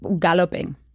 galloping